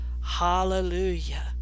Hallelujah